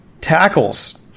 Tackles